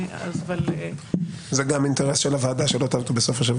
זהו גם האינטרס של הוועדה שלא תעבדו בסוף השבוע.